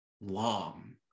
long